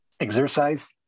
Exercise